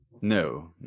no